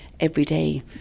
everyday